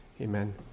Amen